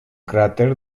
cràter